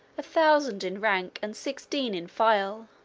a thousand in rank and sixteen in file,